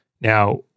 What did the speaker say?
Now